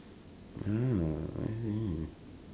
oh